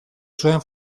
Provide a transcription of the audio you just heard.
zuen